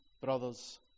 brothers